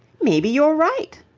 maybe you're right.